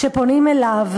שפונים אליו,